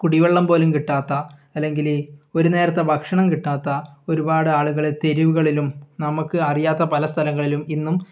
കുടിവെള്ളം പോലും കിട്ടാത്ത അല്ലെങ്കിൽ ഒരു നേരത്തെ ഭക്ഷണം കിട്ടാത്ത ഒരുപാട് ആളുകൾ തെരുവുകളിലും നമുക്ക് അറിയാത്ത പല സ്ഥലങ്ങളിലും ഇന്നും